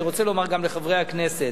אני רוצה לומר גם לחברי הכנסת: